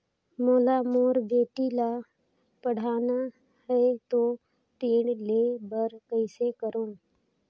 मोला मोर बेटी ला पढ़ाना है तो ऋण ले बर कइसे करो